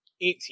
Eighteen